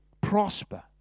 prosper